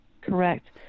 Correct